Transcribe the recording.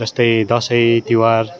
जस्तै दसैँ तिहार